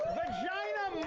vagina